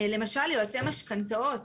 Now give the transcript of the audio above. למשל יועצי משכנאות,